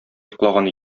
йоклаган